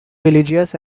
religious